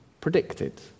predicted